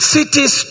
Cities